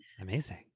amazing